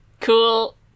Cool